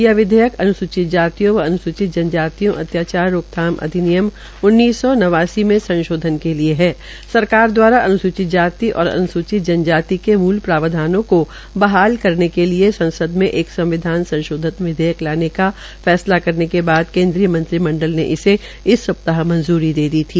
यह विधेयक अन्सूचित जातियों व अन्सूचित जनजातियों अत्याचार रोकथाम अधिनियम उन्नीस सौ नवासी में संशोधन के लिए ही सरकार द्वारा अन्सूचित जाति और अन्सूचित जनजाति के मूल प्रावधानों को बहाल करने के लिए संसद एक संविधान संशोधन विधेयक लाने का फैसला करने के बाद केन्द्रीय मंत्रीमंडल ने इसे सप्ताह में मंजूरी दे दी थी